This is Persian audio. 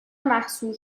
محصور